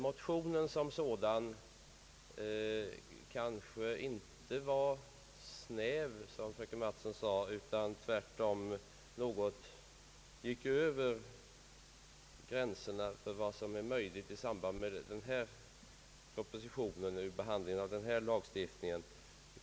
Motionen som sådan var kanske inte snäv som fröken Mattson sade utan tvärtom gick den något utöver gränserna för vad som är möjligt i samband med behandlingen av denna lagstiftning.